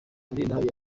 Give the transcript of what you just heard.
mulindahabi